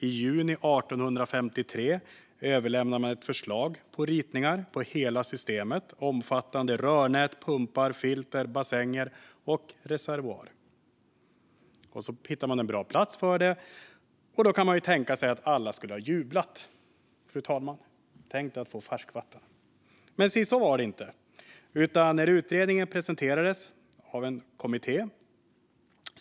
I juni 1853 överlämnade man ett förslag med ritningar på hela systemet omfattande rörnät, pumpar, filter, bassänger och reservoar. Och så hittade man en bra plats för det. Då kan vi tänka oss att alla skulle ha jublat, fru talman. Tänk att få färskvatten! Men så var det inte. Utredningen presenterades av en kommitté.